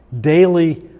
Daily